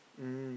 mm